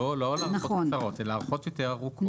לא על הארכות קצרות אלא הארכות יותר ארוכות.